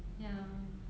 ya